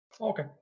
Okay